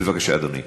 בבקשה, אדוני.